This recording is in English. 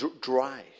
dry